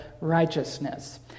righteousness